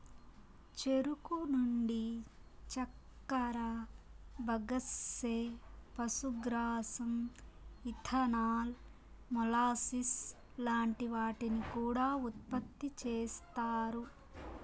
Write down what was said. చెరుకు నుండి చక్కర, బగస్సే, పశుగ్రాసం, ఇథనాల్, మొలాసిస్ లాంటి వాటిని కూడా ఉత్పతి చేస్తారు